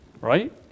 Right